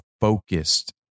focused